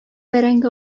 бәрәңге